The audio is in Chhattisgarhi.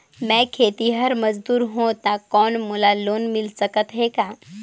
मैं खेतिहर मजदूर हों ता कौन मोला लोन मिल सकत हे का?